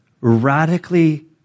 radically